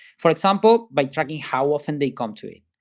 for example by tracking how often they come to it.